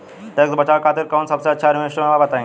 Tax बचावे खातिर कऊन सबसे अच्छा इन्वेस्टमेंट बा बताई?